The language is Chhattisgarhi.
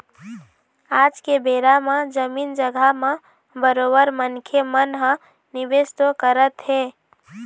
आज के बेरा म जमीन जघा म बरोबर मनखे मन ह निवेश तो करत हें